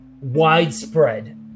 widespread